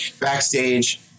Backstage